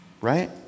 Right